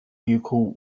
vehicle